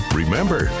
remember